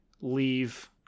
leave